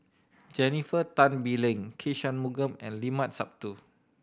Jennifer Tan Bee Leng K Shanmugam and Limat Sabtu